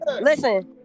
Listen